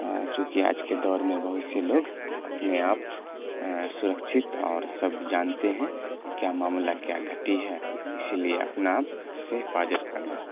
چونکہ آج کے دور میں بہت سے لوگ اپنے آپ سرکشت اور سب جانتے ہیں کیا معاملہ کیا گھٹی ہے اسی لیے اپنا آپ سے حفاظت کرنا